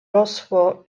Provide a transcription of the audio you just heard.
rosło